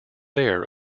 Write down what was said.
air